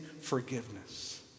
forgiveness